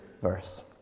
verse